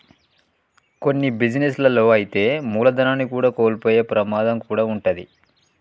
కొన్ని బిజినెస్ లలో అయితే మూలధనాన్ని కూడా కోల్పోయే ప్రమాదం కూడా వుంటది